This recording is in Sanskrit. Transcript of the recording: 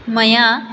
मया